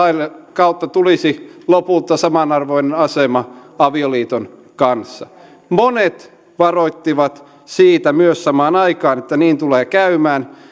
kautta tulisi lopulta samanarvoinen asema avioliiton kanssa monet varoittivat siitä myös samaan aikaan että niin tulee käymään